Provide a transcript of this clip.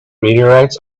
meteorites